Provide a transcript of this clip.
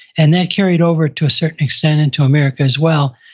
and that carried over to a certain extent into america as well.